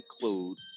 include